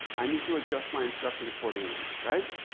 i need to adjust my instruction accordingly, right?